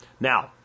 now